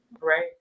Right